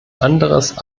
anderes